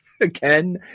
again